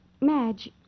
Madge